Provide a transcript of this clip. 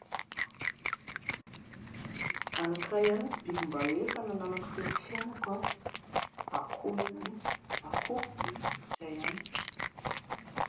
Anankiray ihany ny biby mba hoe efa nananako teo amin'ny fiainako, akoho ihany, akoho